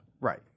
Right